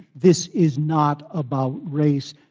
this is not about race.